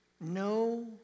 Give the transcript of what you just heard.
No